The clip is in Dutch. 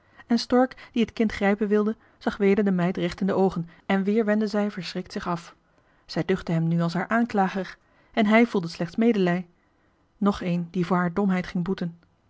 en stork die het kind grijpen wilde zag weder de meid recht in de oogen en weer wendde zij verschrikt zich af zij duchtte hem nu als haar aanklager en hij voelde slechts medelij nog een die voor haar domheid ging boeten